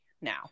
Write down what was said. now